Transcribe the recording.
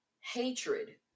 hatred